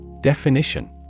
Definition